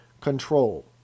control